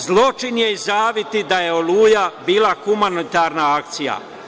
Zločin je izjaviti da je „Oluja“ bila humanitarna akcija.